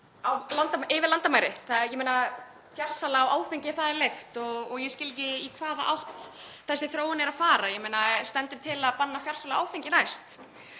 fjarsölu yfir landamæri. Fjarsala á áfengi er leyfð og ég skil ekki í hvaða átt þessi þróun er að fara. Ég meina: Stendur til að banna fjarsölu áfengis næst?